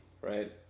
right